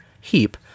heap